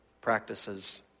practices